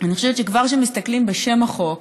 אני חושבת שכבר כשמסתכלים בשם החוק